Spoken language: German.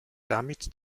damit